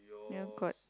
your got